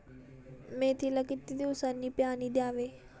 मेथीला किती दिवसांनी पाणी द्यावे?